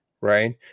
right